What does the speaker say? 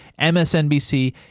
MSNBC